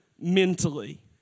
mentally